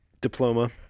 diploma